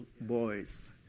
boys